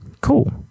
Cool